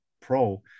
pro